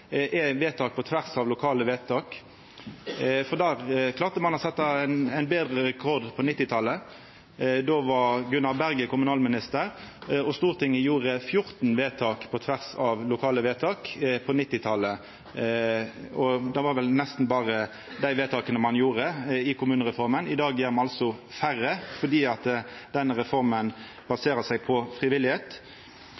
er vedtak på tvers av lokale vedtak, for der klarte ein å setja ein sterkare rekord på 1990-talet. Då var Gunnar Berge kommunalminister, og Stortinget gjorde 14 vedtak på tvers av lokale vedtak. Det var vel nesten berre dei vedtaka ein gjorde i kommunereforma. I dag gjer me altså færre, fordi denne reforma